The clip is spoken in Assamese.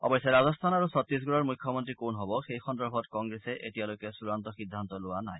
অৱশ্যে ৰাজস্থান আৰু ছট্টিশগড়ৰ মুখ্যমন্ত্ৰী কোন হব সেই সন্দৰ্ভত কংগ্লেছে এতিয়ালৈকে চূড়ান্ত সিদ্ধান্ত লোৱা নাই